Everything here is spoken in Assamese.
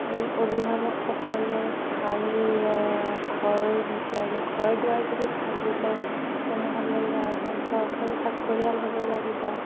সেই অভিভাৱকসকলে ভাল ল ঘৰ বিচাৰিলে ঘৰ দুৱাৰ যদি ভাল বিচাৰে তেনেহ'লে ল'ৰাজন চৰকাৰী চাকৰিয়াল হ'ব লাগিব